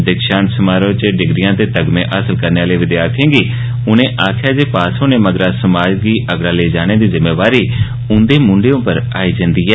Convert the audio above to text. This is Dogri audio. दीक्षांत समारोह दरान डिग्रिया ते तगमे हासल करने आले विद्यार्थिएं गी उनें आक्खेआ जे पास होने मगरा समाज गी अगड़ा लेई जाने दी जिम्मेवारी उंदे मुंडे उप्पर आई जंदी ऐ